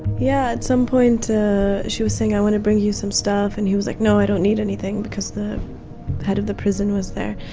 yeah, at some point, she was saying, i want to bring you some stuff, and he was like, no, i don't need anything, because the head of the prison was there.